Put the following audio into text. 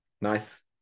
nice